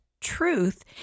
truth